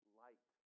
light